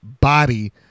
body